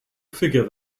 figure